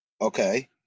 Okay